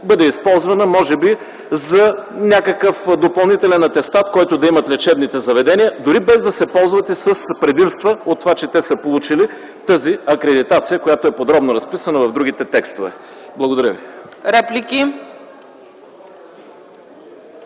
бъде използвана може би за някакъв допълнителен атестат, който да имат лечебните заведения, дори без да се ползват и с предимства от това, че са получили акредитацията, която е подробно разписана в другите текстове. Благодаря ви.